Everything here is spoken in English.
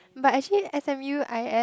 but actually s_m_u I_S